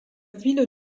ville